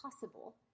possible